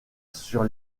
sur